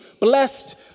blessed